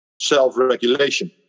self-regulation